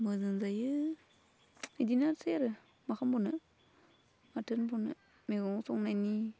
मोजां जायो बिदिनोसै आरो मा खालामबावनो माथो होनबावनो मेगं संनायनि